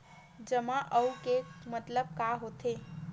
जमा आऊ के मतलब का होथे?